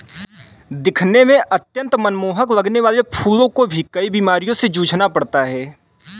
दिखने में अत्यंत मनमोहक लगने वाले फूलों को भी कई बीमारियों से जूझना पड़ता है